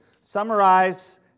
summarize